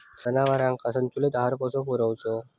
जनावरांका संतुलित आहार कसो पुरवायचो?